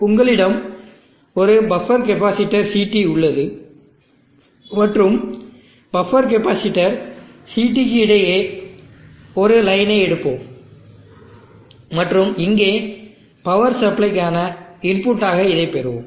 உங்களிடம் ஒரு buffer capacitor CT உள்ளது மற்றும் பஃப்பர் கெபாசிட்டர் CT க்கு இடையே ஒரு லைனை எடுப்போம் மற்றும் இங்கே பவர் சப்ளைக்கான இன்புட் ஆக இதை பெறுவோம்